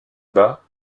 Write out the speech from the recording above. bas